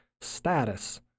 status